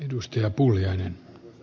arvoisa puhemies